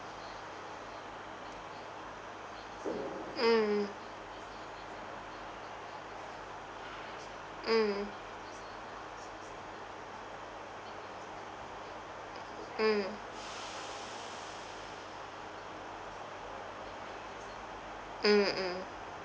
mm mm mm mm mm